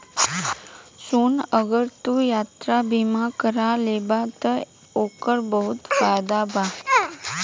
सुन अगर तू यात्रा बीमा कारा लेबे त ओकर बहुत फायदा बा